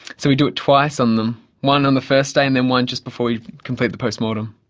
so we do it twice on them one on the first day and then one just before we complete the post-mortem.